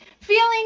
feeling